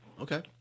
Okay